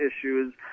issues